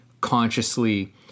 consciously